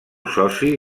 soci